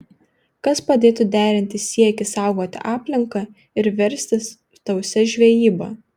kas padėtų derinti siekį saugoti aplinką ir verstis tausia žvejyba